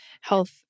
health